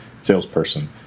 salesperson